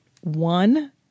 one